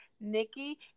Nikki